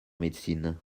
médecine